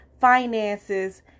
finances